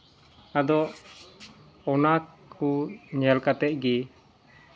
ᱟᱫᱚ ᱚᱱᱟᱠᱚ ᱧᱮᱞ ᱠᱟᱛᱮᱫ ᱜᱮ